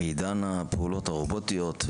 בעידן הפעולות הרובוטיות,